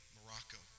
Morocco